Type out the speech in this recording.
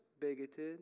bigoted